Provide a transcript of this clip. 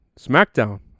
SmackDown